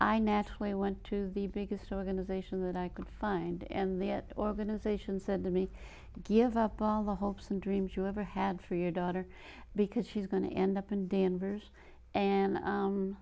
naturally went to the biggest organization that i could find and the organization said to me give up all the hopes and dreams you ever had for your daughter because she's going to end up in denver's and